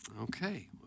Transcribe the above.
Okay